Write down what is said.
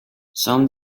some